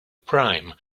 prime